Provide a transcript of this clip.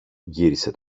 γύρισε